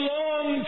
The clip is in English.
long